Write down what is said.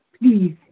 please